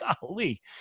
Golly